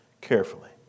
carefully